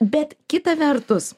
bet kita vertus